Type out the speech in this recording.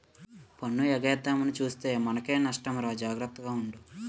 పన్ను ఎగేద్దామని సూత్తే మనకే నట్టమురా జాగర్త గుండు